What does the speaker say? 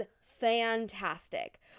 fantastic